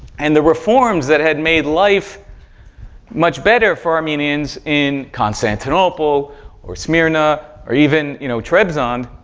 and the reforms that had made life much better for armenians in constantinople or smyrna, or even, you know, trabzon,